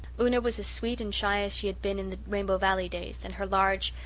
una was as sweet and shy as she had been in the rainbow valley days, and her large,